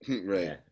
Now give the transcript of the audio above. Right